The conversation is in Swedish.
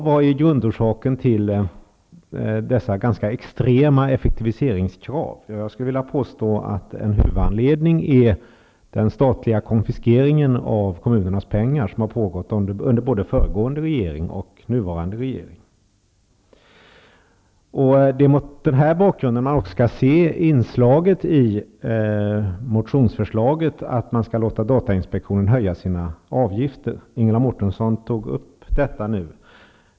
Vad är grundorsaken till dessa ganska extrema effektiviseringskrav? Jag skulle vilja påstå att en huvudanledning är den statliga konfiskeringen av kommunernas pengar. Den har pågått under både föregående och nuvarande regering. Det är mot den här bakgrunden vi skall se inslaget i motionsförslaget att man skall låta datainspektionen höja sina avgifter. Ingela Mårtensson tog upp detta nu.